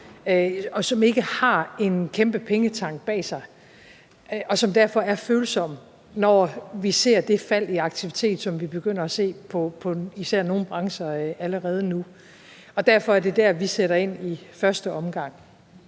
som ikke har en kæmpe pengetank bag sig, og som derfor er følsomme, når vi ser det fald i aktivitet, som vi begynder at se i især nogle brancher allerede nu. Derfor er det der, vi sætter ind i første omgang.